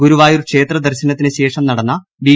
ഗുരുവായൂർ ക്ഷേത്ര ദർശനത്തിനുശേഷം നടന്ന ബി